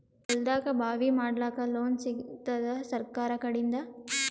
ಹೊಲದಾಗಬಾವಿ ಮಾಡಲಾಕ ಲೋನ್ ಸಿಗತ್ತಾದ ಸರ್ಕಾರಕಡಿಂದ?